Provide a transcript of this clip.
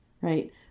right